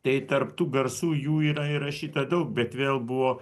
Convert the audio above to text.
tai tarp tų garsų jų yra įrašyta daug bet vėl buvo